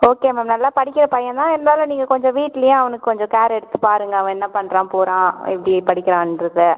okay ma'am நல்லா படிக்கிற பையன் தான் இருந்தாலும் நீங்கள் கொஞ்சம் வீட்டுலேயே அவனுக்கு கொஞ்சம் கேர் எடுத்து பாருங்கள் அவன் என்ன பண்ணுறான் போகிறான் எப்படி படிக்கிறான்றதை